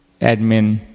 admin